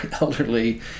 elderly